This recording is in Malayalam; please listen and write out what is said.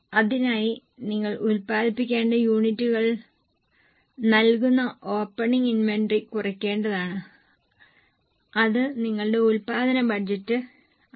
അതിനായി നിങ്ങൾ ഉൽപ്പാദിപ്പിക്കേണ്ട യൂണിറ്റുകൾ നൽകുന്ന ഓപ്പണിംഗ് ഇൻവെന്ററി കുറയ്ക്കേണ്ടതുണ്ട് അത് നിങ്ങളുടെ ഉൽപ്പാദന ബജറ്റ് ആണ്